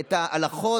את ההלכות?